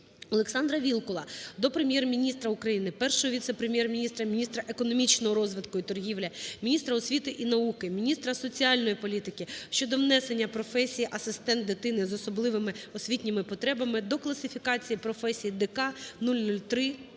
ОлександраВілкула до Прем'єр-міністра України, Першого віце-прем'єр-міністра – міністра економічного розвитку і торгівлі, міністра освіти і науки, міністра соціальної політики щодо внесення професії "асистент дитини з особливими освітніми потребами" до Класифікатора професій ДК